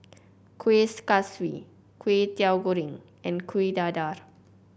Kueh Kaswi Kway Teow Goreng and Kueh Dadar